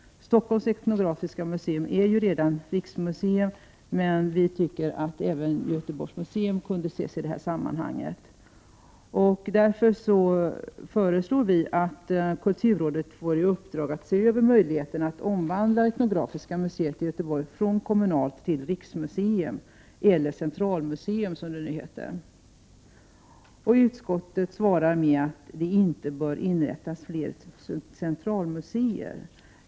Stockholms etnografiska museum är redan riksmuseum, men vi tycker att även Göteborgs museum kunde tas med i det sammanhanget. Därför föreslår vi att kulturrådet får i uppdrag att se över möjligheterna att omvandla Etnografiska museet i : Göteborg från kommunalt museum till riksmuseum, eller centralmuseum som det nu heter. Utskottet svarar med att: ”det inte bör inrättas fler centralmuseer”.